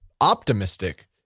optimistic